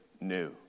new